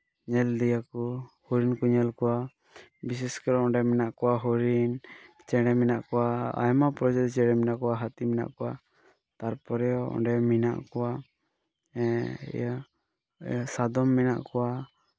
ᱧᱮᱞ ᱤᱫᱤᱭᱟᱠᱚ ᱦᱚᱨᱤᱱ ᱠᱚ ᱧᱮᱞ ᱠᱚᱣᱟ ᱵᱤᱥᱮᱥ ᱠᱟᱨᱚᱱ ᱚᱸᱰᱮ ᱢᱮᱱᱟᱜ ᱠᱚᱣᱟ ᱦᱚᱨᱤᱱ ᱪᱮᱬᱮ ᱢᱮᱱᱟᱜ ᱠᱚᱣᱟ ᱟᱭᱢᱟ ᱯᱨᱚᱡᱟᱛᱤ ᱪᱮᱬᱮ ᱢᱮᱱᱟᱜ ᱠᱚᱣᱟ ᱦᱟ ᱛᱤ ᱢᱮᱱᱟᱜ ᱠᱚᱣᱟ ᱛᱟᱨᱯᱚᱨᱮ ᱚᱸᱰᱮ ᱢᱮᱱᱟᱜ ᱠᱚᱣᱟ ᱤᱭᱟᱹ ᱥᱟᱫᱚᱢ ᱢᱮᱱᱟᱜ ᱠᱚᱣᱟ